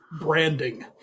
branding